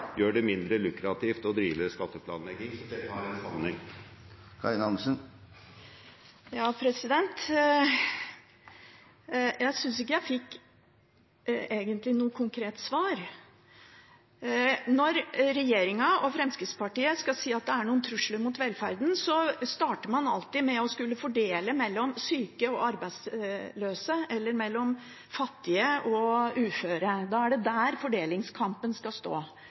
gjør det mindre lukrativt å drive skatteplanlegging. Så dette har en sammenheng. Jeg synes egentlig ikke jeg fikk noe konkret svar. Når regjeringen og Fremskrittspartiet skal si at det er noen trusler mot velferden, starter man alltid med å skulle fordele mellom syke og arbeidsløse eller mellom fattige og uføre. Da er det der fordelingskampen skal stå.